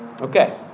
Okay